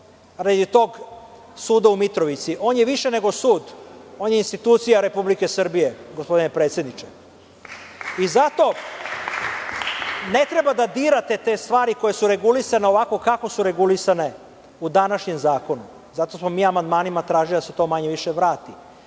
Vreme.)On je više nego sud. On je institucija Republike Srbije, gospodine predsedniče. Zato ne treba da dirate te stvari koje su regulisane ovako kako su regulisane u današnjem zakonu. Zato smo mi amandmanima tražili da se to manje-više vrati.